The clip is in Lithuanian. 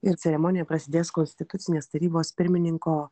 ir ceremonija prasidės konstitucinės tarybos pirmininko